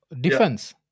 defense